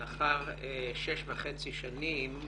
לאחר שש וחצי שנים,